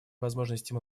возможностей